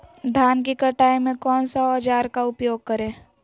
धान की कटाई में कौन सा औजार का उपयोग करे?